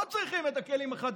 ופחות צריכים את הכלים החד-פעמיים.